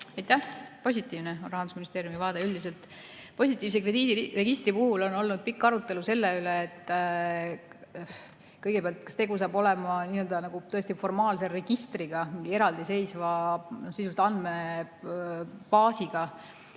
Aitäh! Positiivne on Rahandusministeeriumi vaade üldiselt. Positiivse krediidiregistri puhul on olnud pikk arutelu selle üle kõigepealt, kas tegu saab olema nii‑öelda formaalse registriga, eraldiseisva sisuliselt andmebaasiga,